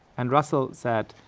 and russell said,